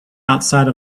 outside